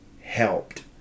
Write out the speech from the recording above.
helped